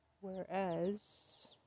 Whereas